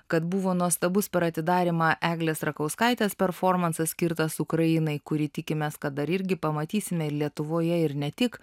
kad buvo nuostabus per atidarymą eglės rakauskaitės performansas skirtas ukrainai kuri tikimės kad dar irgi pamatysime ir lietuvoje ir ne tik